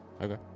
Okay